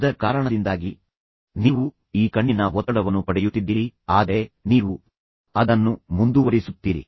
ಅದರ ಕಾರಣದಿಂದಾಗಿ ನೀವು ಈ ಕಣ್ಣಿನ ಒತ್ತಡವನ್ನು ಪಡೆಯುತ್ತಿದ್ದೀರಿ ಆದರೆ ನೀವು ಅದನ್ನು ಮುಂದುವರಿಸುತ್ತೀರಿ